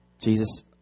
Jesus